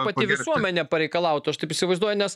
pati visuomenė pareikalautų aš taip įsivaizduoju nes